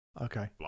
Okay